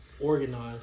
organized